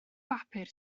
bapur